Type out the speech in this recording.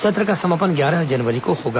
सत्र का समापन ग्यारह जनवरी को होगा